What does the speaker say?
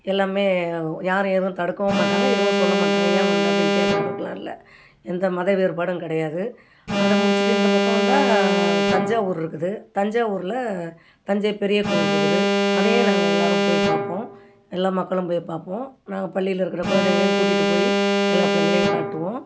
எல்லாமே யாரும் எதுவும் தடுக்கவும் மாட்டாங்க எதுவும் சொல்ல மாட்டாங்க ஏன் வந்தே அப்படின்னு கேதகுற அளவுக்கெலாம் இல்லை எந்த மத வேறுபாடும் கிடையாது அதை முடித்துட்டு இந்தப் பக்கம் வந்தால் தஞ்சாவூர் இருக்குது தஞ்சாவூரில் தஞ்சைப் பெரிய கோயில் இருக்குது அதையும் நாங்கள் எல்லோரும் போய் பார்ப்போம் எல்லா மக்களும் போய் பார்ப்போம் நாங்கள் பள்ளியில் இருக்கிற குழந்தைங்களையும் கூட்டிட்டு போய் எல்லா பிள்ளைங்களையும் காட்டுவோம்